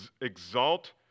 exalt